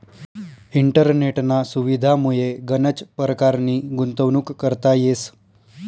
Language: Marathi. इंटरनेटना सुविधामुये गनच परकारनी गुंतवणूक करता येस